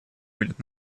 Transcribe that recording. будет